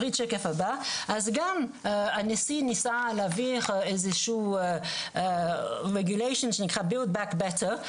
אז גם הנשיא ניסה להביא איזו שהיא רגולציה שנקרא "Build back batter",